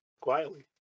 quietly